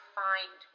find